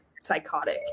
psychotic